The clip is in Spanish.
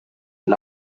del